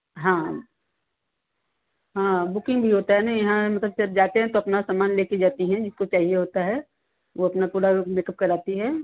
हाँ हाँ बुकिंग भी होता है ना यहाँ सब जब जाते हैं तो अपना सामान लेकर जाती हैं जिसको चाहिए होता है वह अपना पूरा मेकअप कराती हैं